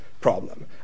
problem